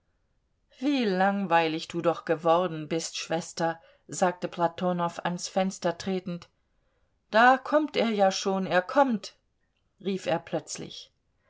wie langweilig du doch geworden bist schwester sagte platonow ans fenster tretend da kommt er ja schon er kommt rief er plötzlich